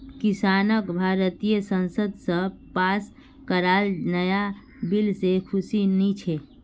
किसानक भारतीय संसद स पास कराल नाया बिल से खुशी नी छे